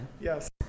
Yes